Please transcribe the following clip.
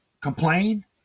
Complain